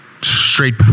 straight